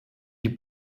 die